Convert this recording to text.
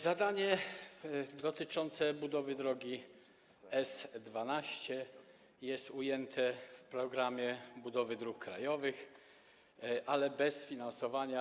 Zadanie dotyczące budowy drogi S12 jest ujęte w „Programie budowy dróg krajowych”, ale bez finansowania.